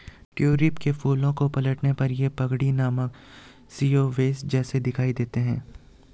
tulip के फूलों को पलटने पर ये पगड़ी नामक शिरोवेश जैसे दिखाई देते हैं